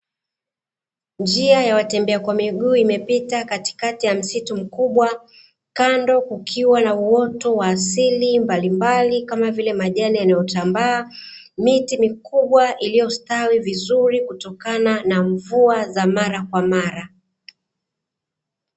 Njia ya watembea kwa miguu imepita katikati ya msitu mkubwa kando kukiwa na uoto wa asili, mbalimbali kama vile majani yanayo tambaa, miti mikubwa iliyostawi vizuri kutokana na mvua za mara kwa mara.